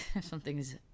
Something's